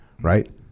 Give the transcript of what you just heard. right